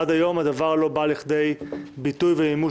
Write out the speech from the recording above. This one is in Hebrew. עד היום הדבר לא בא לכדי ביטוי ומימוש